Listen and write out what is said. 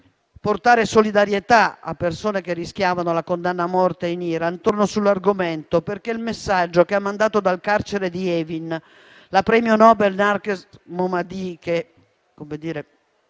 portare solidarietà a persone che rischiavano la condanna a morte in Iran, ritorno sull'argomento parlando del messaggio che ha mandato dal carcere di Evin la premio Nobel Narges Mohammadi,